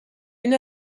une